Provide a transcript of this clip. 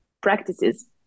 practices